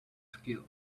skill